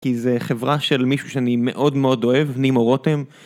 כי זה חברה של מישהו שאני מאוד מאוד אוהב, נימו רותם.